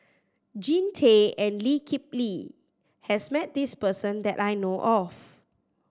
Jean Tay and Lee Kip Lee has met this person that I know of